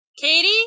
Katie